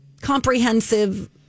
comprehensive